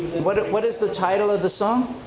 what what is the title of the song?